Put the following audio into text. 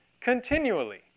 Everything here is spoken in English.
continually